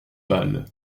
balles